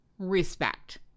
Respect